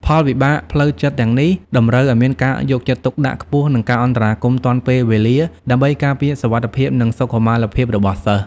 ផលវិបាកផ្លូវចិត្តទាំងនេះតម្រូវឱ្យមានការយកចិត្តទុកដាក់ខ្ពស់ និងការអន្តរាគមន៍ទាន់ពេលវេលាដើម្បីការពារសុវត្ថិភាព និងសុខុមាលភាពរបស់សិស្ស។